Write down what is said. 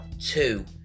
two